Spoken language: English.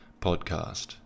podcast